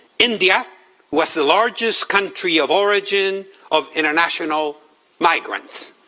india was the largest country of origin of international migrants,